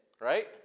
right